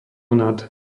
nad